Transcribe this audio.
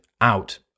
out